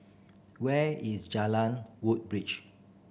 where is Jalan Woodbridge